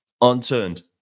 unturned